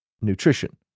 nutrition